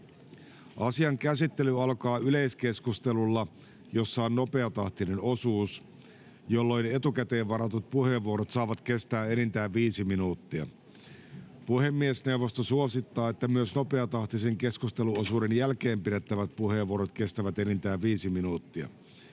Asian käsittely alkaa yleiskeskustelulla, jossa on nopeatahtinen osuus, jolloin etukäteen varatut puheenvuorot saavat kestää enintään viisi minuuttia. Puhemiesneuvosto suosittaa, että myös nopeatahtisen keskusteluosuuden jälkeen pidettävät puheenvuorot kestävät enintään viisi minuuttia.